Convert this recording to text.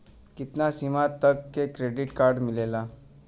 कितना सीमा तक के क्रेडिट कार्ड मिलेला?